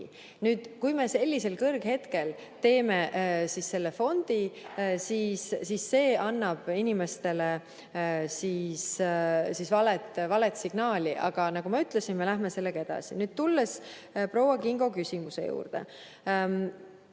Nüüd, kui me sellisel kõrghetkel teeme selle fondi, siis see annab inimestele vale signaali, aga nagu ma ütlesin, me läheme sellega edasi. Nüüd tulen proua Kingo küsimuse juurde.